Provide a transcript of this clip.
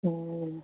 ഓ